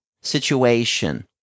situation